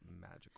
magical